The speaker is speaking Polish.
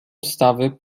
ustawy